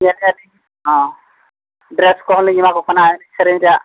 ᱧᱮᱞᱮᱭᱟᱞᱤᱧ ᱦᱚᱸ ᱰᱨᱮᱥ ᱠᱚᱦᱚᱸ ᱞᱤᱧ ᱮᱢᱟᱠᱚ ᱠᱟᱱᱟ ᱮᱱᱮᱡ ᱥᱮᱨᱮᱧ ᱨᱮᱭᱟᱜ